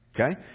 Okay